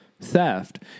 theft